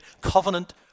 covenant